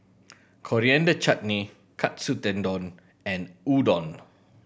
Coriander Chutney Katsu Tendon and Udon